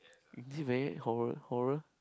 is it very horror horror